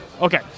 Okay